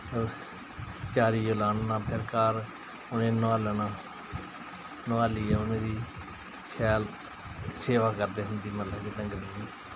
फिर चारियै जेल्लै आहनना फिर घर उ'नेंगी नुहालना नुहालियै उ'नेंगी शैल सेवा करदे हे उं'दी मतलब कि डंगरें दी